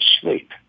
sleep